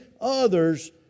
others